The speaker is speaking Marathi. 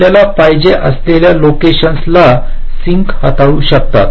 आपल्याला पाहिजे असलेल्या लोकेशन्स ला सिंक हाताळू शकतात